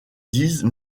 disent